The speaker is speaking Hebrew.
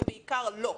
ובעיקר לא.